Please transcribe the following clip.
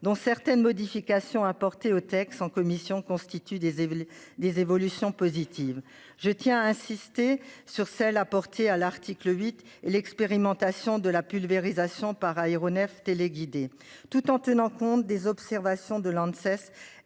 dont certaines modifications apportées au texte en commission constituent des. Des évolutions positives. Je tiens à insister sur celles apportées à l'article 8 l'expérimentation de la pulvérisation par aéronefs téléguidés tout en tenant compte des observations de Lanxess.